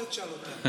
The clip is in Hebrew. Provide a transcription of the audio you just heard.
את זה תשאל אותם.